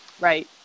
Right